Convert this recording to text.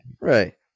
Right